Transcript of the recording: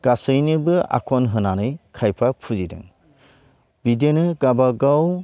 गासैनोबो आगन होनानै खायफा फुजिदों बिदिनो गाबागाव